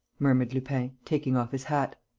murmured lupin, taking off his hat.